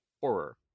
horror